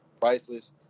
priceless